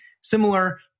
similar